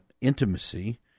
intimacy